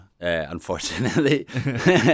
unfortunately